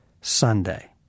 Sunday